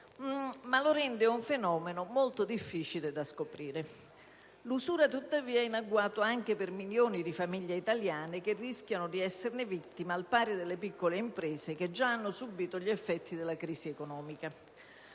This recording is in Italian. da scoprire il fenomeno del riciclaggio. L'usura tuttavia è in agguato anche per milioni di famiglie italiane che rischiano di esserne vittima al pari delle piccole imprese, che già hanno subito gli effetti della crisi economica.